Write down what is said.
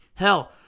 Hell